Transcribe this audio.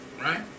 Right